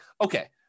Okay